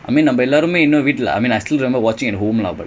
I mean a lot of me you know we'd lah I mean I still remember watching at home lah but